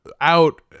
out